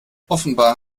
offenbar